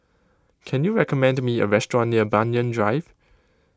can you recommend me a restaurant near Banyan Drive